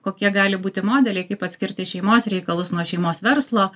kokie gali būti modeliai kaip atskirti šeimos reikalus nuo šeimos verslo